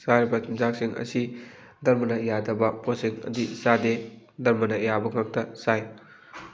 ꯆꯥꯔꯤꯕ ꯆꯤꯟꯖꯥꯛꯁꯤꯡ ꯑꯁꯤ ꯗꯔꯃꯅ ꯌꯥꯗꯕ ꯄꯣꯠꯁꯤꯡ ꯑꯗꯤ ꯆꯥꯗꯦ ꯗꯔꯃꯅ ꯌꯥꯕ ꯉꯥꯛꯇ ꯆꯥꯏ